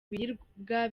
biribwa